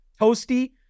toasty